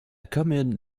commune